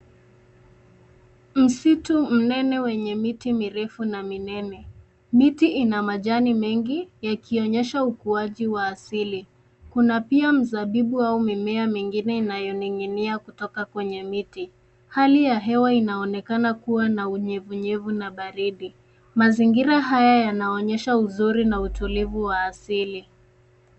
Msitu mnene wenye miti mirefu na minene. Miti ina majani mengi yakionyesha ukuaji wa asili. Kuna pia mzabibu au mimea mingine inayoning'inia kutoka kwenye miti. Hali ya hewa inaonekana kuwa ya unyevunyevu na baridi. Mazingira haya yanaonyesha uzuri na utulivu wa asili.